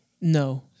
No